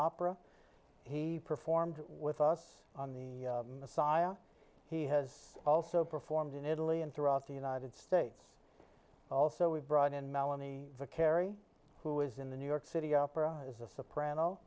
opera he performed with us on the messiah he has also performed in italy and throughout the united states also we've brought in melanie carey who is in the new york city opera is a soprano